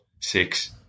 six